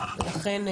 לכן,